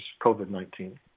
COVID-19